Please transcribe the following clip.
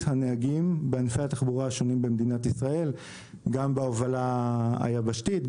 הנהגים בענפי התחבורה השונים במדינת ישראל גם בהובלה היבשתית,